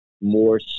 more